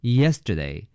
yesterday